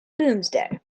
doomsday